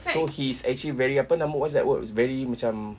so he is actually very apa nama what's that word very macam